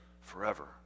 forever